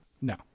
no